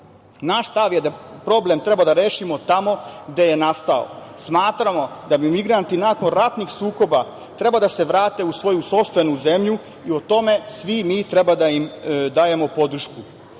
Naš stav je da problem treba da rešimo tamo gde je nastao. Smatramo da bi migranti nakon ratnih sukoba trebalo da se vrate u svoju sopstvenu zemlju i u tome svi mi treba da im dajemo